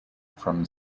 from